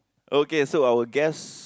okay so our guest